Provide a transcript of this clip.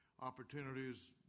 Opportunities